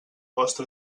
vostre